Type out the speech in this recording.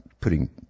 putting